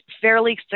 fairly